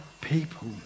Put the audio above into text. people